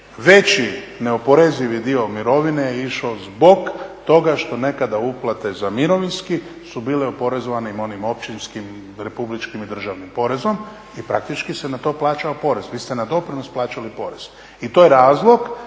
veći neoporezivi dio mirovine je išao zbog toga što nekada uplate za mirovinski su bile oporezivane onim općinskim republičkim i državnim porezom i praktički se na to plaćao porez. Vi ste na doprinos plaćali porez i to je razlog